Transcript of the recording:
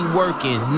working